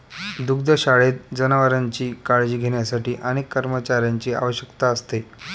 दुग्धशाळेत जनावरांची काळजी घेण्यासाठी अनेक कर्मचाऱ्यांची आवश्यकता असते